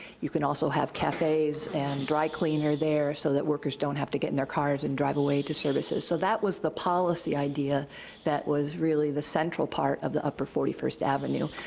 you can also have cafes and a dry cleaner there so that workers don't have to get in their cars and drive away to services. so that was the policy idea that was really the central part of the upper forty first avenue.